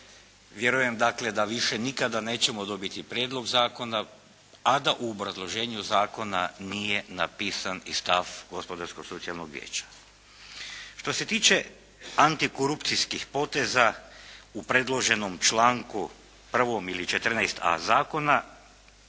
Vjerujem dakle da više nikada nećemo dobiti prijedlog zakona a da u obrazloženju zakona nije napisan i stav Gospodarsko socijalnog vijeća. Što se tiče antikorupcijskih poteza u predloženom članku 1. ili 14.a. zakona